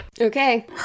Okay